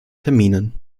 terminen